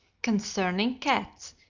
concerning cats,